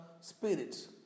spirit